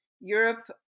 Europe